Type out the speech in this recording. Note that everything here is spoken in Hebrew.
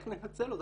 איך ננצל אותו,